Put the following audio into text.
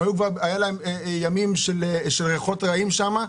היו ימים שנדפו ריחות רעים שם,